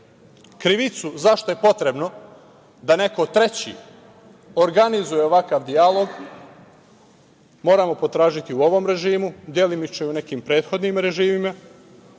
Krivicu zašto je potrebno da neko treći organizuje ovakav dijalog moramo potražiti u ovom režimu, delimično i u nekim prethodnim režimima,